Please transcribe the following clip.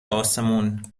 آسمون